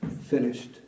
finished